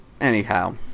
anyhow